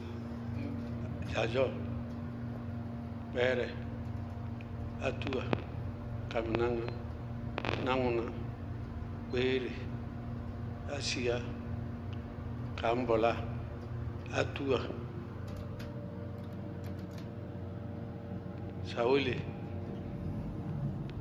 Dzadzɔɔ, kpɛɛrɛ, átúwa, kamɩnáŋá, náŋʋná, kpéére, ásiyá, kañbɔláa, átúwa, sawele.